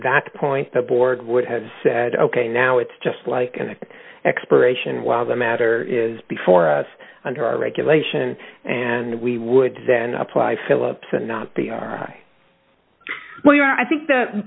that point the board would have said ok now it's just like the expiration while the matter is before us under our regulation and we would then apply philips and not the are we are i think th